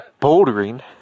bouldering